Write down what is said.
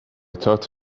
thought